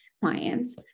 clients